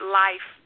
life